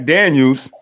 Daniels